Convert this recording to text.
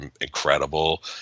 incredible